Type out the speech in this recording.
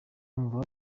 umva